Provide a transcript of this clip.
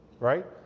Right